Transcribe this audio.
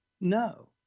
no